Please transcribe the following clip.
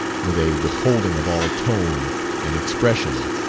with a withholding of all tone and expression.